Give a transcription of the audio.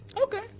Okay